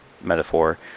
metaphor